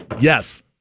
yes